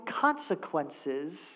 consequences